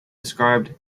described